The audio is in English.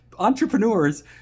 entrepreneurs